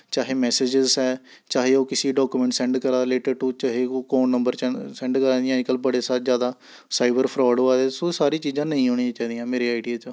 चाहे मैसेजिस ऐ चाहे ओह् किसी डाकुमैंट सैंड्ड करा दा रिलेटिड टू चाहे ओह् अकाउंट नंबर चैन्न सैंड्ड करा दा जि'यां अजकल्ल बड़े सारे जैदा साईबर फ्राड होआ दे सो एह् सारियां चीजां नेईं होनियां चाहिदियां मेरे आइडिये चा